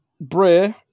Bray